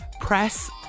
press